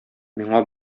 миңа